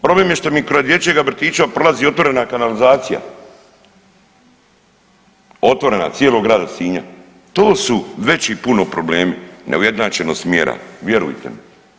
Problem je što mi kraj dječjeg vrtića prolazi otvorena kanalizacija, otvorena cijelog grada Sinja, to su veći puno problemi neujednačenost smjera vjerujte mi.